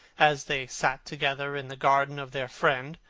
as they sat together in the garden of their friend,